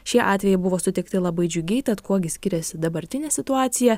šie atvejai buvo sutikti labai džiugiai tad kuo gi skiriasi dabartinė situacija